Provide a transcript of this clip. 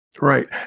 right